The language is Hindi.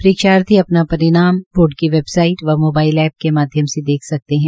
परीक्षार्थी अपना परिणाम बोर्ड की वेबसाइट व मोबाइल एप्प के माध्यम से देख सकते है